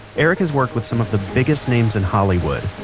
erik has worked with some of the biggest names in hollywood.